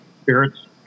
spirits